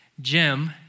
Jim